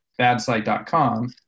badsite.com